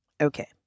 Okay